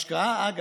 השקעה, אגב,